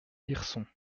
hirson